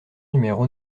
numéro